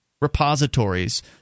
repositories